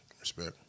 Respect